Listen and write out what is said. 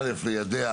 זכות ליידע